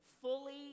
fully